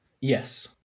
Yes